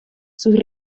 sus